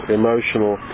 emotional